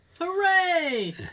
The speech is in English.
Hooray